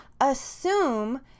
Assume